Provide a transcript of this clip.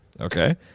Okay